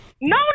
no